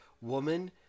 woman